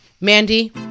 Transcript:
Mandy